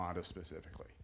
specifically